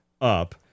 Up